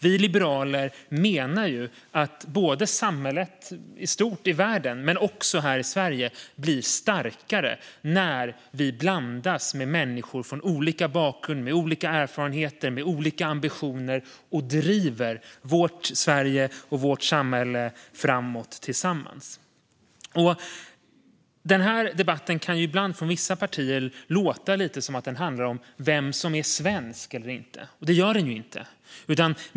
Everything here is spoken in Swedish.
Vi liberaler menar att samhället i stort i världen men också här i Sverige blir starkare när människor blandas med människor från olika bakgrunder, med olika erfarenheter, med olika ambitioner och driver vårt Sverige och vårt samhälle framåt tillsammans. Från vissa partier kan det ibland låta lite grann som att denna debatt handlar om vem som är svensk eller inte. Det gör den inte.